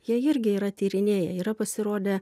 jie irgi yra tyrinėję yra pasirodę